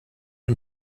him